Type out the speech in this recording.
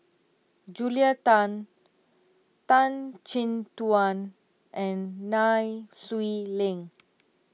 Julia Tan Tan Chin Tuan and Nai Swee Leng